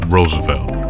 Roosevelt